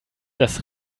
dass